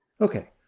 Okay